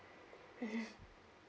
mmhmm